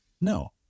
No